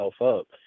up